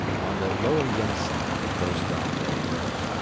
on the lower yenisei it grows dark very early.